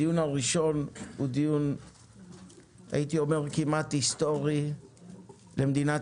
הדיון הראשון הוא דיון כמעט היסטורי במדינת